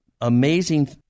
amazing